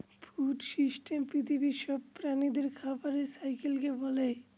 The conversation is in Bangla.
ফুড সিস্টেম পৃথিবীর সব প্রাণীদের খাবারের সাইকেলকে বলে